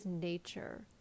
nature